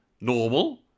normal